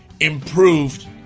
improved